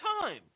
time